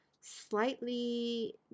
slightly